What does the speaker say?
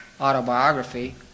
autobiography